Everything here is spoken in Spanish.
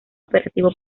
operativo